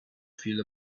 feel